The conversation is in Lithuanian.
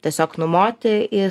tiesiog numoti į